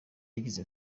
yagize